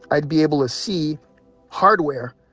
i'd be able to see hardware,